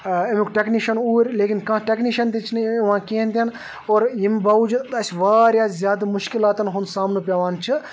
اَمیُٚک ٹٮ۪کنِشَن اوٗرۍ لیکن کانٛہہ ٹٮ۪کنِشَن تہِ چھِنہٕ یِوان کِہیٖنۍ تہِ نہٕ اور ییٚمہِ باوجوٗد اَسہِ واریاہ زیادٕ مُشکلاتَن ہُںٛد سامنہٕ پٮ۪وان چھِ